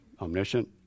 omniscient